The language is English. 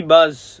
Buzz